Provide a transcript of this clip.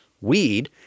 weed